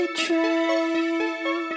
train